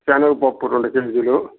శనగపప్పు రెండు కేజీలు